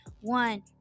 one